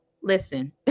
Listen